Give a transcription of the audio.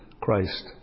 Christ